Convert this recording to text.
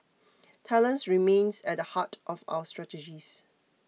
talents remains at the heart of our strategies